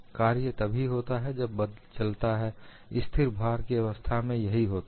कार्य तभी होता है जब बल चलता है स्थिर भार की अवस्था में यही होता है